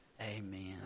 Amen